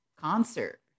concert